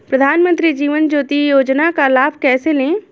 प्रधानमंत्री जीवन ज्योति योजना का लाभ कैसे लें?